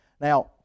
Now